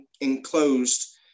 enclosed